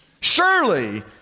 surely